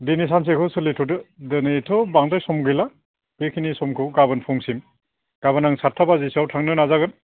दिनै सानसेखौ सोलिथ'दो दिनैथ' बांद्राय सम गैला बेखिनि समखौ गोबोन फुंसिम गाबोन आं सातथा बाजिसोआव थांनो नाजागोन